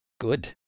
Good